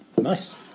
Nice